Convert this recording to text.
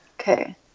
okay